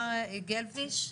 גלבפיש,